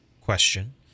question